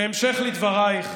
בהמשך לדברייך